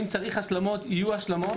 אם צריך השלמות יהיו השלמות.